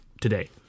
today